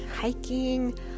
hiking